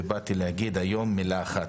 ובאתי להגיד היום מילה אחת.